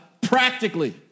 practically